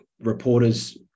reporters